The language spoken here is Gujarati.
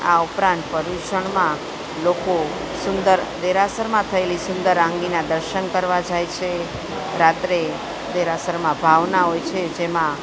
આ ઉપરાંત પર્યુષણમાં લોકો સુંદર દેરાસરમાં થયેલી સુંદર રાંગીના દર્શન કરવા જાય છે રાત્રે દેરાસરમાં ભાવના હોય છે જેમાં